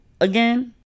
again